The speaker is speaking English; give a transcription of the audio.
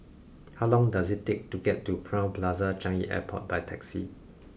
how long does it take to get to Crowne Plaza Changi Airport by taxi